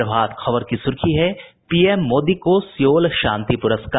प्रभात खबर की सुर्खी है पीएम मोदी को सियोल शांति पुरस्कार